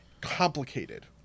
complicated